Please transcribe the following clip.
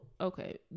Okay